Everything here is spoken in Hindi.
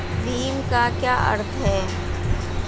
भीम का क्या अर्थ है?